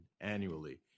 annually